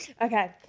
Okay